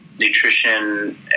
nutrition